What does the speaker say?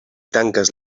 tanques